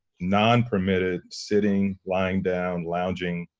nonpermitted, sitting, lying down, lounging,